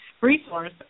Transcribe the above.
resource